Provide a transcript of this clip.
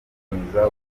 bizakomeza